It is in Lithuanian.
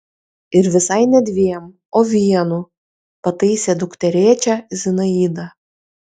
ir visai ne dviem o vienu pataisė dukterėčią zinaida